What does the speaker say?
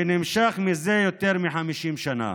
שנמשך זה יותר מ-50 שנה.